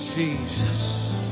Jesus